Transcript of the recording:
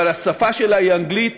אבל השפה שלה היא אנגלית